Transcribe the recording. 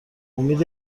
امید